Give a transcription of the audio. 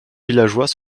villageois